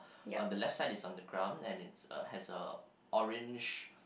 on the left side is on the ground and it's uh has a orange